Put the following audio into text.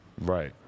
Right